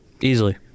Easily